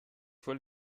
vor